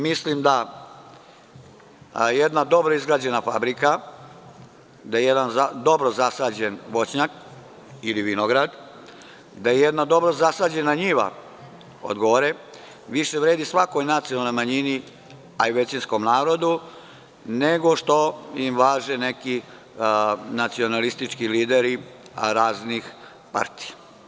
Mislim da jedna dobro izgrađena fabrika, da jedan dobro zasađen voćnjak ili vinograd, da jedna dobro zasađena njiva više vredi svakoj nacionalnoj manjini, a i većinskom narodu, nego što im važe neki nacionalistički lideri raznih partija.